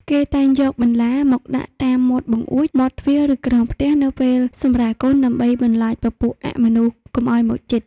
គេតែងយកបន្លាមកដាក់តាមមាត់បង្អួចមាត់ទ្វាឬក្រោមផ្ទះនៅពេលសម្រាលកូនដើម្បីបន្លាចពពួកអមនុស្សកុំឲ្យមកជិត